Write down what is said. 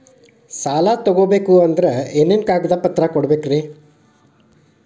ಸಾಲ ತೊಗೋಬೇಕಂದ್ರ ಏನೇನ್ ಕಾಗದಪತ್ರ ಕೊಡಬೇಕ್ರಿ?